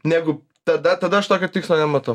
negu tada tada aš tokio tikslo nematau